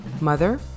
mother